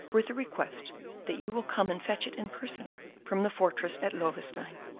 with the request that you will come and fetch it in person from the fortress at loewestein.